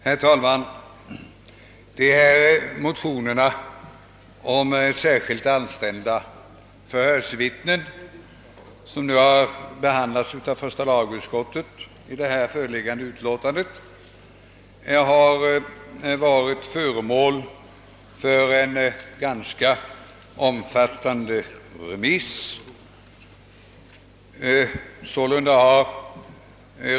Herr talman! De motioner om särskilt anställda förhörsvittnen som behandlats av första lagutskottet i föreliggande utlåtande har varit föremål för ett omfattande remissförfarande.